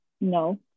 No